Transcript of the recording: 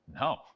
No